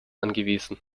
angewiesen